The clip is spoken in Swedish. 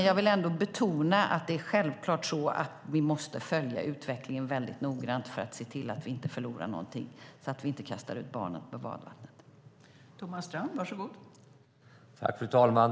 Jag vill dock betona att vi självklart måste följa utvecklingen mycket noggrant för att se till att vi inte förlorar något och inte kastar ut barnet med badvattnet.